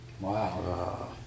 wow